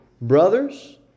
Brothers